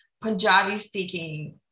Punjabi-speaking